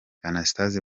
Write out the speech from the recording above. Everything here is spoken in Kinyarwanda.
anastase